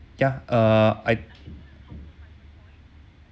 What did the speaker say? ya uh I